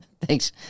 Thanks